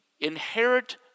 inherit